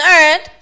earth